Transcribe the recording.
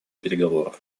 переговоров